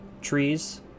trees